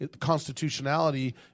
constitutionality